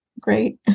great